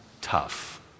tough